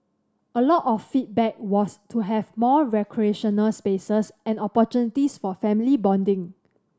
a lot of the feedback was to have more recreational spaces and opportunities for family bonding